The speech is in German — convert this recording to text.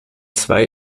zwei